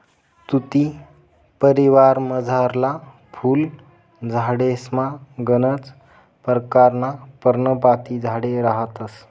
तुती परिवारमझारला फुल झाडेसमा गनच परकारना पर्णपाती झाडे रहातंस